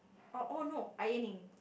oh no ironing